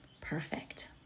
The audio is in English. Perfect